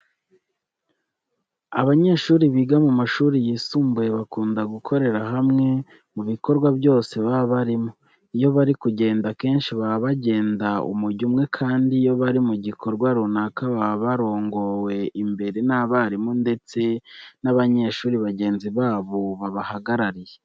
Abanyeshuri biga mu mashuri yisumbuye bakunda gukorera hamwe mu bikorwa byose baba barimo. Iyo bari kugenda akenshi baba bagenda umujyo umwe kandi iyo bari mu gikorwa runaka baba barongowe imbere n'abarimu ndetse n'abanyeshuri bagenzi babo babahagarariye.